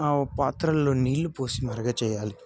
ఆ పాత్రల్లో నీళ్ళు పోసి మరగచేయాలి